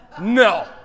No